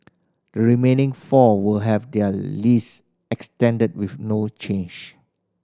the remaining four will have their lease extended with no change